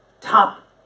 top